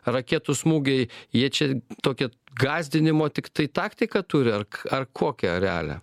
raketų smūgiai jie čia tokio gąsdinimo tiktai taktika turi ark ar kokią realią